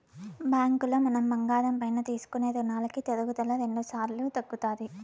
బ్యాంకులో మనం బంగారం పైన తీసుకునే రునాలకి తరుగుదల రెండుసార్లు తగ్గుతాది